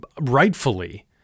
rightfully